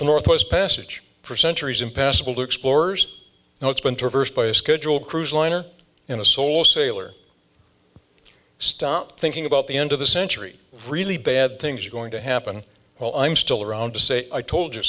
the northwest passage for centuries impassable to explorers and it's been to first by a schedule cruise liner in a soul sailor stop thinking about the end of the century really bad things are going to happen while i'm still around to say i told